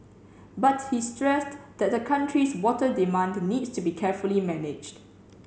but he stressed that the country's water demand needs to be carefully managed